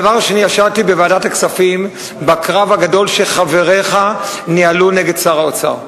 הדבר השני: ישבתי בוועדת הכספים בקרב הגדול שחבריך ניהלו נגד שר האוצר,